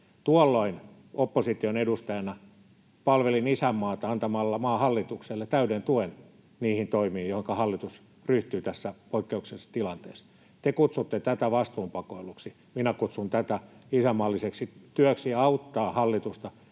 Tuolloin opposition edustajana palvelin isänmaata antamalla maan hallitukselle täyden tuen niihin toimiin, joihinka hallitus ryhtyi tässä poikkeuksellisessa tilanteessa. Te kutsutte tätä vastuun pakoiluksi. Minä kutsun tätä isänmaalliseksi työksi auttaa hallitusta